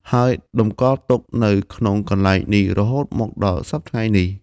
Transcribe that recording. ហើយតម្កល់ទុកនៅក្នុងកន្លែងនេះរហូតមកដល់សព្វថ្ងៃនេះ។